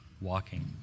walking